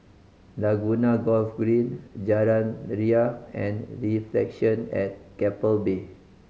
Laguna Golf Green Jalan Ria and Reflection at Keppel Bay